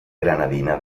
granadina